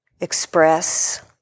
express